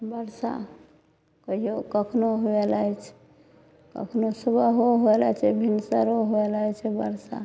बरसा कहियो कखनो हुए लागैत छै कखनो सुबहो हुए लागैत छै भिनसरो हुए लागैत छै बरसा